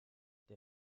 der